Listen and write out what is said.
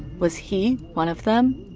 was he one of them?